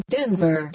Denver